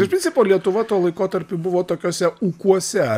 iš principo lietuva tuo laikotarpiu buvo tokiose ūkuose